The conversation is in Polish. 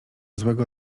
złego